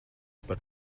par